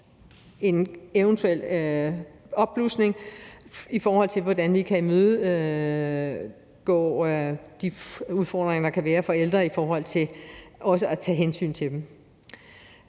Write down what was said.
der kunne være, i forhold til hvordan vi kan imødegå de udfordringer, der kan være for ældre i forhold til også at tage hensyn til dem.